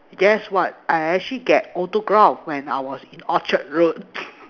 guess what I actually get autograph when I was in Orchard road